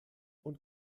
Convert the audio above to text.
und